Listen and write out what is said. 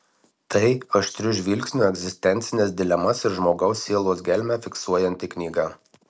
tai aštriu žvilgsniu egzistencines dilemas ir žmogaus sielos gelmę fiksuojanti knyga